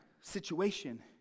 situation